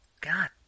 God